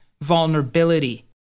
vulnerability